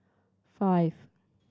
five